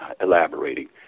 elaborating